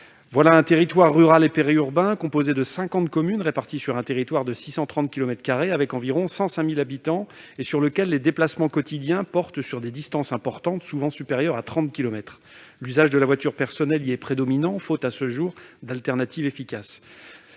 Voilà un territoire rural et périurbain, composé de 50 communes réparties sur un territoire de 630 kilomètres carrés, avec environ 105 000 habitants pour lesquels les déplacements quotidiens portent sur des distances importantes, souvent supérieures à 30 kilomètres. L'usage de la voiture personnelle y est prédominant, faute, à ce jour, de solutions alternatives efficaces.